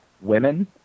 women –